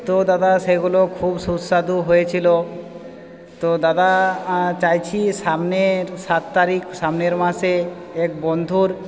তো দাদা সেগুলো খুব সুস্বাদু হয়েছিল তো দাদা চাইছি সামনের সাত তারিখ সামনের মাসে এক বন্ধুর